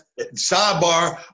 sidebar